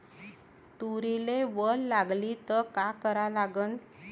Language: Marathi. तुरीले वल लागली त का करा लागन?